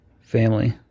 family